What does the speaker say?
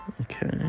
Okay